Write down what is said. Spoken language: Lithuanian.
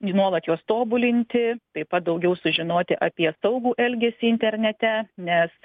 ir nuolat juos tobulinti taip pat daugiau sužinoti apie saugų elgesį internete nes